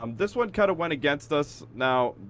um this one kind of went against us. now,